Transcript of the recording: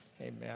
Amen